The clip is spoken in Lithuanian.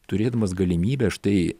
turėdamas galimybę štai